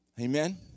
Amen